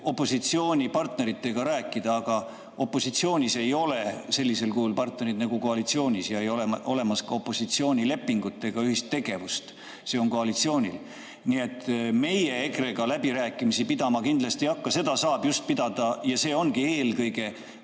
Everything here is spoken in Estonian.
opositsioonipartneritega rääkida, aga opositsioonis ei ole sellisel kujul partnereid nagu koalitsioonis, ei ole olemas ka opositsioonilepingut ega ühist tegevust, see on koalitsioonil. Nii et meie EKRE-ga läbirääkimisi pidama kindlasti ei hakka. Neid saab pidada koalitsioon ja see ongi eelkõige